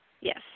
Yes